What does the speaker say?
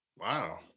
Wow